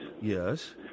Yes